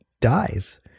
dies